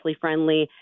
friendly